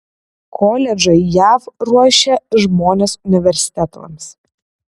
koledžai jav ruošia žmones universitetams